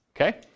okay